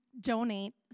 donate